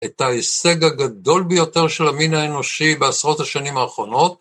את ההישג הגדול ביותר של המין האנושי בעשרות השנים האחרונות.